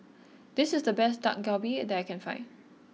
this is the best Dak Galbi that I can find